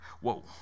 whoa